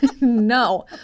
No